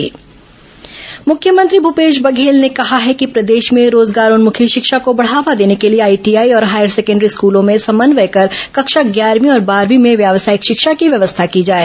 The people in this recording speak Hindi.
मुख्यमंत्री रोजगारोन्मुखी शिक्षा मुख्यमंत्री भूपेश बघेल ने कहा है कि प्रदेश में रोजगारोन्मुखी शिक्षा को बढ़ावा देने के लिए आईटीआई और हायर र्सेकेण्डरी स्कूलो में समन्वय कर कक्षा ग्यारहवीं और बारहवीं में व्यावसायिक शिक्षा की व्यवस्था की जाए